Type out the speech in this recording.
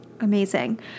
Amazing